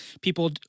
people